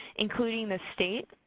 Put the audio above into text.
including the state